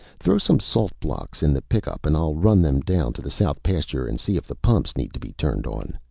throw some salt blocks in the pickup and i'll run them down to the south pasture and see if the pumps need to be turned on.